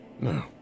No